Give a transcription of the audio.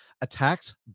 attacked